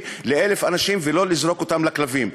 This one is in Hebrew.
ל-1,000 אנשים ולא לזרוק אותם לכלבים.